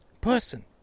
person